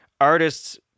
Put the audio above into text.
artists